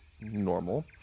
normal